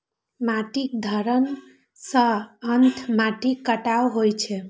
माटिक क्षरण सं अंततः माटिक कटाव होइ छै